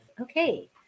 Okay